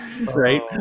right